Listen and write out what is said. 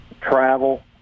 travel